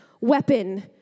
weapon